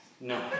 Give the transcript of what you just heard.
No